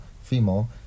female